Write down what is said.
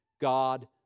God